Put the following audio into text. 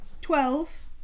Twelve